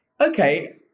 okay